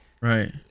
right